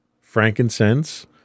frankincense